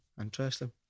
Interesting